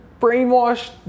brainwashed